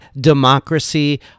Democracy